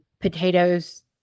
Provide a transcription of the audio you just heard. Potatoes